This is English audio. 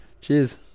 cheers